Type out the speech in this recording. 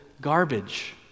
garbage